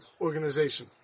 organization